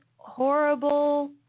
Horrible